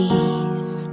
Peace